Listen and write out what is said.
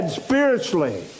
spiritually